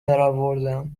درآوردم